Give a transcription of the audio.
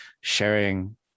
sharing